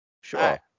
Sure